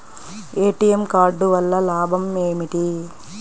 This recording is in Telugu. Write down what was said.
ఏ.టీ.ఎం కార్డు వల్ల లాభం ఏమిటి?